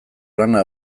lana